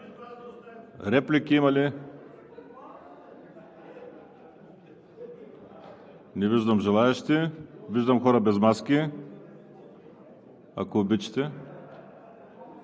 Реплики има ли? Не виждам. Виждам хора без маски, ако обичате.